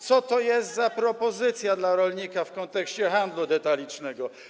Co to jest za propozycja dla rolnika w kontekście handlu detalicznego?